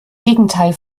gegenteil